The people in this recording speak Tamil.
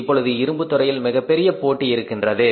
இப்பொழுது இரும்பு துறையில் மிகப்பெரிய போட்டி இருக்கின்றது